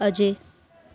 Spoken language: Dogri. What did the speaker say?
अजय